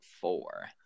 four